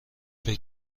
فکر